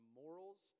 morals